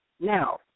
now